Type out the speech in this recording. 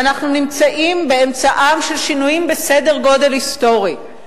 ואנחנו נמצאים באמצעם של שינויים בסדר-גודל היסטורי.